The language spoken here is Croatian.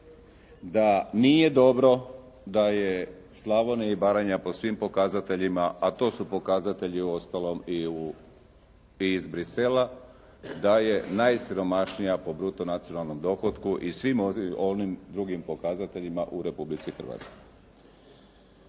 da nije dobro da je Slavonija i Baranja po svim pokazateljima, a to su pokazatelji uostalom i iz Bruxellesa, da je najsiromašnija po bruto nacionalnom dohotku i svim onim drugim pokazateljima u Republici Hrvatskoj.